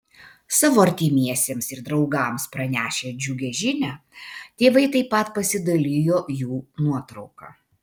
savo artimiesiems ir draugams pranešę džiugią žinią tėvai taip pat pasidalijo jų nuotrauka